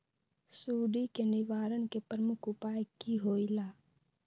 सुडी के निवारण के प्रमुख उपाय कि होइला?